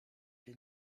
się